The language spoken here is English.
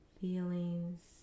feelings